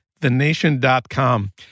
thenation.com